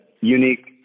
unique